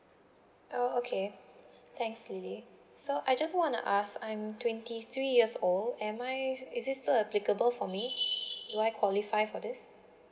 oh okay thanks lily so I just wanna ask I'm twenty three years old am I is it still applicable for me do I qualify for this